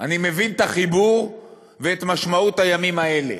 אני מבין את החיבור ואת משמעות הימים האלה.